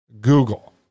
Google